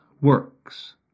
works